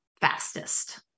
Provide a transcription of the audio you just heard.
fastest